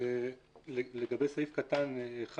לגבי סעיף קטן (א),